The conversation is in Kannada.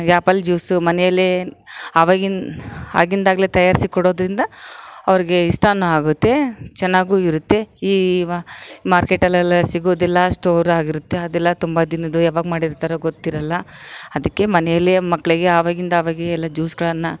ಆಪಲ್ ಜ್ಯೂಸು ಮನೇಲೆ ಆವಗಿನ್ ಆಗಿಂದಾಗಲೇ ತಯಾರಿಸಿ ಕೊಡೋದ್ರಿಂದ ಅವರಿಗೆ ಇಷ್ಟ ಆಗುತ್ತೆ ಚೆನ್ನಾಗೂ ಇರುತ್ತೆ ಈ ವ ಮಾರ್ಕೆಟಲ್ಲಿ ಎಲ್ಲ ಸಿಗೋದೆಲ್ಲ ಸ್ಟೋರ್ ಆಗಿರುತ್ತೆ ಅದೆಲ್ಲ ತುಂಬ ದಿನದ್ದು ಯಾವಾಗ ಮಾಡಿರ್ತಾರೋ ಗೊತ್ತಿರೋಲ್ಲ ಅದಕ್ಕೆ ಮನೇಲೆ ಮಕ್ಕಳಿಗೆ ಆವಾಗಿಂದ ಆವಾಗೇ ಎಲ್ಲ ಜ್ಯೂಸ್ಗಳನ್ನು